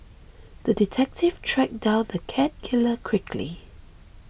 the detective tracked down the cat killer quickly